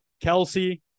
Kelsey